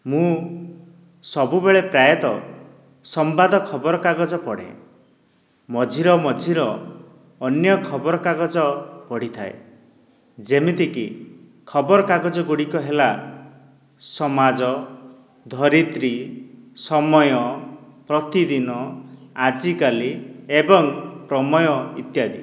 ମୁଁ ସବୁବେଳେ ପ୍ରାୟତଃ ସମ୍ବାଦ ଖବରକାଗଜ ପଢେ ମଝିର ମଝିର ଅନ୍ୟ ଖବର କାଗଜ ପଢିଥାଏ ଯେମିତିକି ଖବରକାଗଜଗୁଡ଼ିକ ହେଲା ସମାଜ ଧରିତ୍ରୀ ସମୟ ପ୍ରତିଦିନ ଆଜିକାଲି ଏବଂ ପ୍ରମେୟ ଇତ୍ୟାଦି